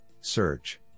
search